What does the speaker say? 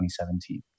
2017